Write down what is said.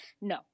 No